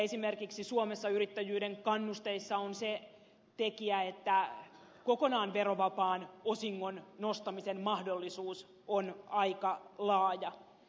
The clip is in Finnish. esimerkiksi suomessa yrittäjyyden kannusteissa on se tekijä että kokonaan verovapaan osingon nostamisen mahdollisuus on aika laaja